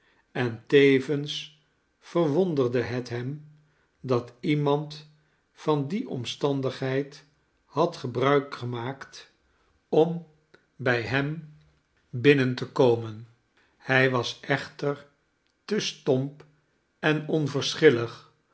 en tevens verwonderde het hem dat iemand van die omstandigheid had gebruik gemaakt om bij hem binnen te komen hij was echter te stomp en